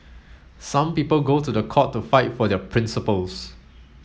some people go to the court to fight for their principles